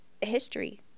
history